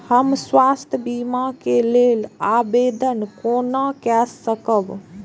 हम स्वास्थ्य बीमा के लेल आवेदन केना कै सकब?